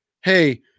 hey